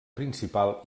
principal